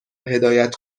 هدایت